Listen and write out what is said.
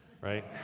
right